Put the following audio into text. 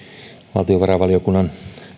valtiovarainvaliokunnan